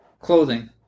clothing